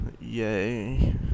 yay